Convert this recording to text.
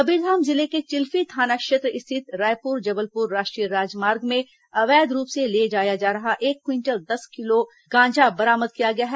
कबीरधाम जिले के चिल्फी थाना क्षेत्र स्थित रायपुर जबलपुर राष्ट्रीय राजमार्ग में अवैध रूप से ले जाया जा रहा एक क्विंटल दस किलो गांजा बरामद किया गया है